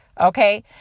Okay